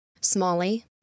Smalley